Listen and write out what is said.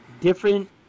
different